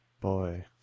boy